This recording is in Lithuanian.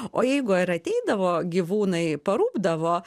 o jeigu ir ateidavo gyvūnai parūpdavo